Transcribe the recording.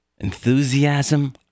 Enthusiasm